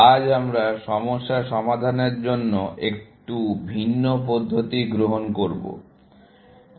আজ আমরা সমস্যা সমাধানের জন্য একটু ভিন্ন পদ্ধতি গ্রহণ করবো